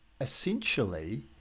essentially